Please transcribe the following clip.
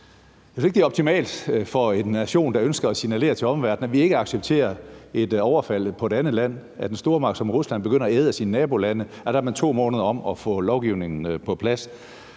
Jeg synes bare ikke, at det er optimalt for en nation, der ønsker at signalere til omverdenen, at vi ikke accepterer et overfald på et andet land, altså at en stormagt som Rusland begynder at æde af sine nabolande. Man er 2 måneder om at få lovgivningen på plads.